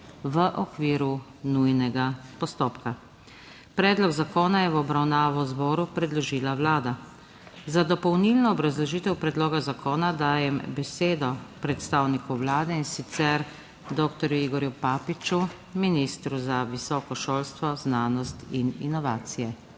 V OKVIRU NUJNEGA POSTOPKA.** Predlog zakona je v obravnavo zboru predložila Vlada. Za dopolnilno obrazložitev predloga zakona dajem besedo predstavniku Vlade, in sicer doktorju Igorju Papiču, ministru za visoko šolstvo, znanost in inovacije.